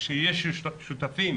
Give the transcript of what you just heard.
כשיש שותפים